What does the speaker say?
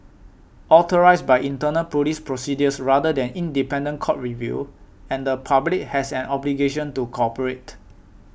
authorised by internal police procedures rather than independent court review and the public has an obligation to cooperate